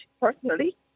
personally